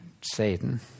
Satan